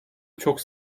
çok